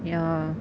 ya